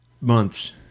Months